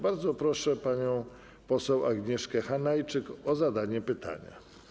Bardzo proszę panią poseł Agnieszkę Hanajczyk o zadanie pytania.